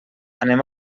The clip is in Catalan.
anem